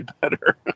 better